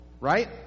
right